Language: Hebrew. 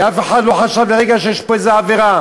ואף אחד לא חשב לרגע שיש פה איזו עבירה,